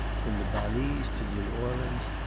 from the balize to new orleans,